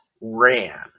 ran